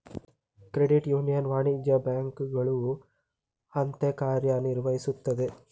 credit union ವಾಣಿಜ್ಯ ಬ್ಯಾಂಕುಗಳ ಅಂತೆ ಕಾರ್ಯ ನಿರ್ವಹಿಸುತ್ತದೆ